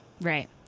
Right